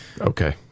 Okay